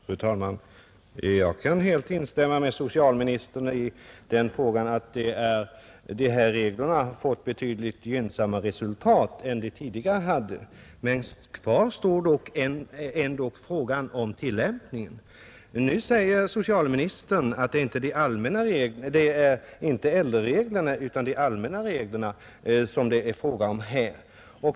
Fru talman! Jag kan helt instämma med socialministern i att reglerna fått betydligt gynnsammare resultat än de tidigare hade, men kvar står frågan om tillämpningen. Socialministern säger att det inte är äldrereglerna utan de allmänna reglerna som det är fråga om här.